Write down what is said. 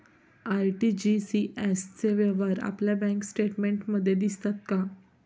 RTGS चे व्यवहार आपल्या बँक स्टेटमेंटमध्ये दिसतात का?